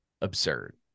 absurd